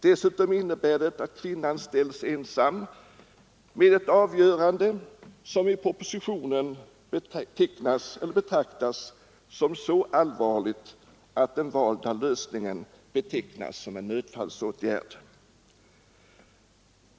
Dessutom innebär det att kvinnan ställs ensam med ett avgörande, som i propositionen betraktas som så allvarligt att den valda lösningen betecknas som en nödfallsåtgärd.